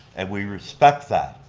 and we respect that.